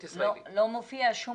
לא מופיע לו אזרחות ישראלית.